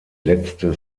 letzte